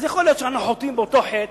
אז יכול להיות שאנחנו חוטאים באותו חטא,